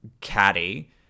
Caddy